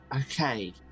Okay